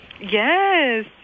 Yes